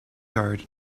guard